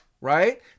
right